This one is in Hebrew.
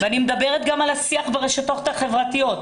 אני מדברת גם על השיח ברשתות החברתיות.